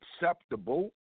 acceptable